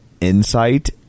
insight